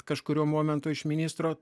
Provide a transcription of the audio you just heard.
kažkuriuo momentu iš ministro